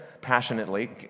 passionately